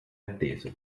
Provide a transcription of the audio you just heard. atteso